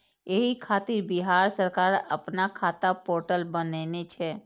एहि खातिर बिहार सरकार अपना खाता पोर्टल बनेने छै